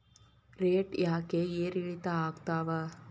Rate ಯಾಕೆ ಏರಿಳಿತ ಆಗ್ತಾವ?